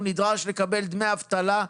הוא נדרש לקבל דמי אבטלה,